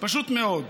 פשוט מאוד,